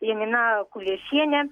janina kuliešiene